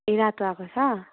ए रातो आएको छ